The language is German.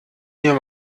mir